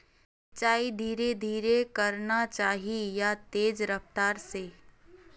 सिंचाई धीरे धीरे करना चही या तेज रफ्तार से?